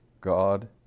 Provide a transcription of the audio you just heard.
God